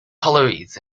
collieries